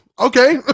Okay